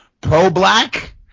pro-black